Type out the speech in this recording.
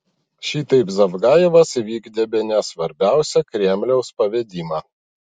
šitaip zavgajevas įvykdė bene svarbiausią kremliaus pavedimą